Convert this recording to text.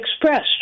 expressed